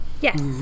Yes